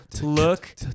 look